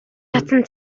чадсан